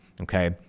Okay